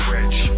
Rich